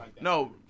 No